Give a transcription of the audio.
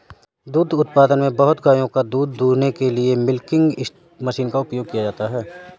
दुग्ध उत्पादन में बहुत गायों का दूध दूहने के लिए मिल्किंग मशीन का उपयोग किया जाता है